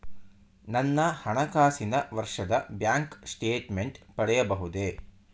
ನನ್ನ ಹಣಕಾಸಿನ ವರ್ಷದ ಬ್ಯಾಂಕ್ ಸ್ಟೇಟ್ಮೆಂಟ್ ಪಡೆಯಬಹುದೇ?